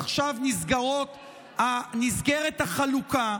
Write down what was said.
עכשיו נסגרת החלוקה,